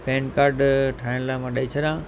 pan card ठाहिण लाइ मां ॾेई छॾा